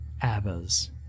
ABBA's